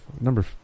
number